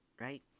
right